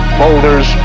boulders